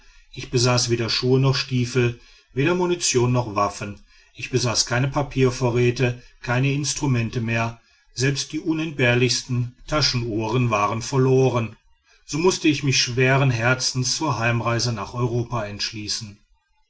ich besaß weder schuhe noch stiefel weder munition noch waffen ich besaß keine papiervorräte keine instrumente mehr selbst die unentbehrlichsten taschenuhren waren verloren so mußte ich mich schweren herzens zur heimreise nach europa entschließen